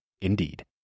Indeed